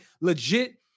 legit